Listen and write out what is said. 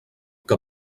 que